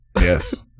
Yes